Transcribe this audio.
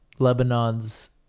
Lebanon's